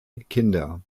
kinder